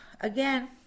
again